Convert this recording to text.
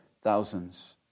thousands